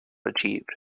achieved